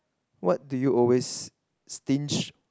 what do you always stinged